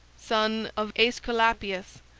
son of aesculapius,